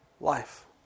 Life